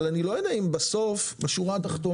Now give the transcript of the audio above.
אבל אני לא יודע אם בסוף בשורה התחתונה